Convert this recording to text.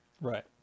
Right